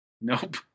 Nope